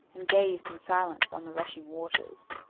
and gazed in silence on the rushing waters.